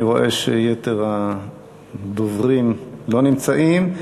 אני רואה שיתר הדוברים לא נמצאים.